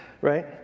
right